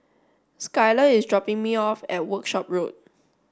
Skylar is dropping me off at Workshop Road